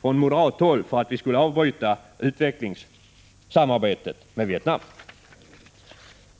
från moderat håll till intäkt för att vi skulle avbryta utvecklingssamarbetet med Vietnam.